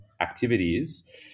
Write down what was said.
activities